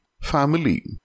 family